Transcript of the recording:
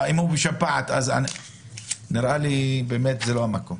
אם יש לו שפעת, נראה לי שזה לא המקום.